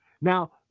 now